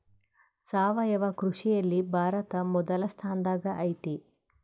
ಸಾವಯವ ಕೃಷಿಯಲ್ಲಿ ಭಾರತ ಮೊದಲ ಸ್ಥಾನದಾಗ್ ಐತಿ